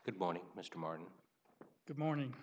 good morning mr martin good morning